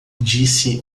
disse